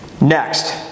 Next